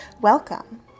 welcome